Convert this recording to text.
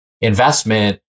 investment